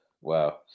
Wow